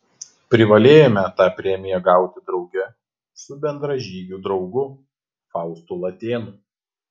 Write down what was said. privalėjome tą premiją gauti drauge su bendražygiu draugu faustu latėnu